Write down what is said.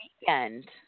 weekend